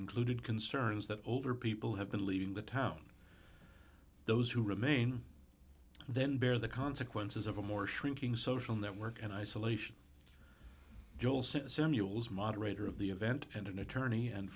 included concerns that older people have been leaving the town those who remain then bear the consequences of a more shrinking social network and isolation joel said samuel's moderator of the event and an attorney and